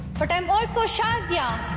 but i'm also shazia.